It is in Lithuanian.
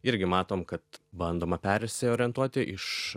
irgi matom kad bandoma persiorientuoti iš